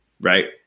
right